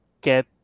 get